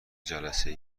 جلسه